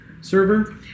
server